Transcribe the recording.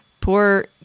Poor